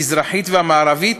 המזרחית והמערבית,